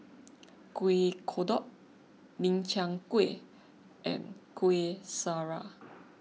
Kuih Kodok Min Chiang Kueh and Kuih Syara